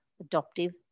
adoptive